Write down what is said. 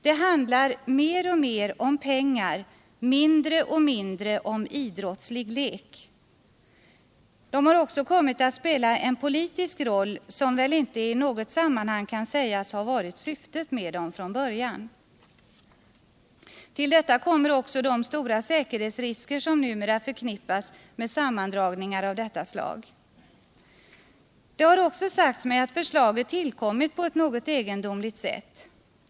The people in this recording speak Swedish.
Det handlar mer och mer om pengar och mindre och mindre om idrottslig lek. De har också kommit att spela en politisk roll. som väl inte i något sammanhang kan sägas ha varit syftet med dem från början. Till detta kommer de stora säkerhetsrisker som numera förknippas med sammandragningar av detta slag. Det har också sagts mig att förslaget tillkommit på cu något egendomligt sätt.